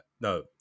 no